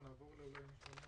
אנחנו נעבור לעוד מישהו,